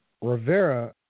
Rivera